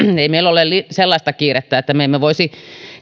ei meillä ole sellaista kiirettä että me emme voisi